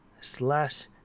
slash